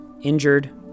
injured